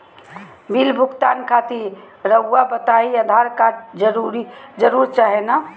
Bill भुगतान खातिर रहुआ बताइं आधार कार्ड जरूर चाहे ना?